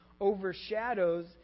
overshadows